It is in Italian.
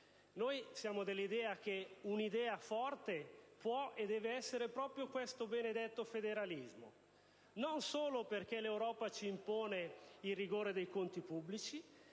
Pensiamo che un'idea forte possa e debba essere proprio questo benedetto federalismo, non solo perché l'Europa ci impone il rigore dei conti pubblici,